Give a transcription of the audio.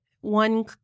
One